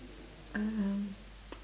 um